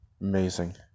Amazing